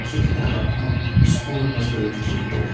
سُہ چھُنہٕ ہیکان ہُمَن سکوٗلَن منٛز ترٲوِتھ کِہیٖنۍ تہِ نہٕ